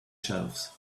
shelves